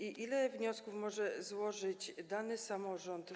Ile wniosków może złożyć dany samorząd?